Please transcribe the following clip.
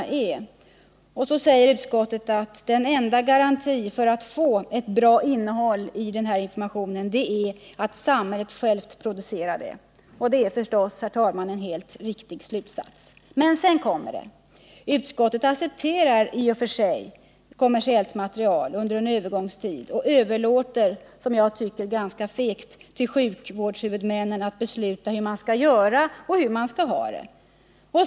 Utskottet säger då att den enda garanti för att få ett bra innehåll i denna information är att samhället självt producerar den. Det är givetvis en helt riktig slutsats. Men sedan kommer det: utskottet accepterar i och för sig kommersiellt material under en övergångstid och överlåter ganska fegt till sjukvårdshuvudmännen att besluta hur man skall göra och hur man skall ha det.